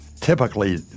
Typically